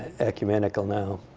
ecumenical now.